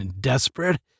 Desperate